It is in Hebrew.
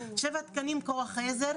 שבעה תקנים של כוח עזר,